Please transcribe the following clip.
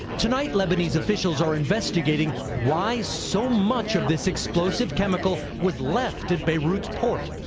tonight lebanese officials are investigating why so much of this explosive chemical was left at beirut's port.